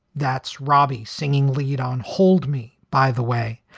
that's robbie singing lead on hold me, by the way.